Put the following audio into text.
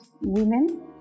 women